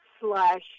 slash